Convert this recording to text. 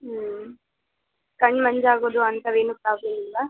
ಹ್ಞೂ ಕಣ್ಣು ಮಂಜಾಗೋದು ಅಂಥವೇನು ಪ್ರಾಬ್ಲಮ್ ಇಲ್ಲವಾ